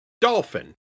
Dolphin